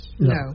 No